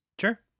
sure